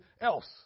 else